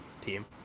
team